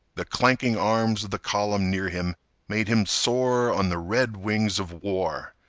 the clanking arms of the column near him made him soar on the red wings of war.